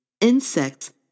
Insects